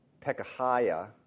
Pekahiah